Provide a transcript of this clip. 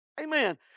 Amen